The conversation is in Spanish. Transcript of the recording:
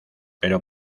pero